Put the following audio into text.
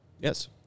Yes